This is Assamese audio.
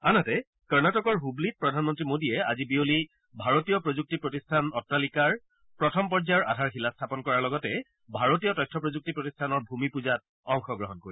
আনহাতে কৰ্ণাটকৰ হুবলীত প্ৰধানমন্ত্ৰী মোদীয়ে আজি বিয়লি ভাৰতীয় প্ৰযুক্তি প্ৰতিষ্ঠান অট্টালিকা প্ৰথম পৰ্যায়ৰ আধাৰশিলা স্থাপন কৰাৰ লগতে ভাৰতীয় তথ্য প্ৰযুক্তি প্ৰতিষ্ঠানৰ ভূমি পুজাত অংশগ্ৰহণ কৰিব